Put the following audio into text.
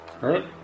Right